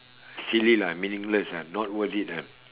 silly lah meaningless lah not worth it lah